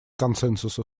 консенсусу